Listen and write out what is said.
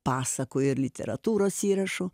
pasakų ir literatūros įrašų